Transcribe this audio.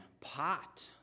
pot